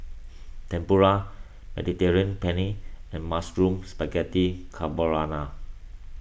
Tempura Mediterranean Penne and Mushroom Spaghetti Carbonara